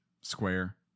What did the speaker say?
square